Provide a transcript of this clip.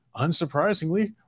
unsurprisingly